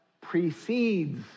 precedes